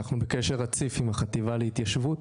אנחנו בקשר רציף עם החטיבה להתיישבות